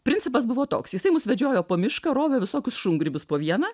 principas buvo toks jisai mus vedžiojo po mišką rovė visokius šungrybius po vieną